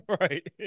Right